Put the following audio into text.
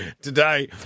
Today